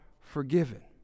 forgiven